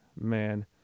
man